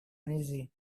uneasy